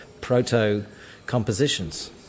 proto-compositions